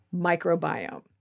microbiome